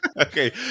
Okay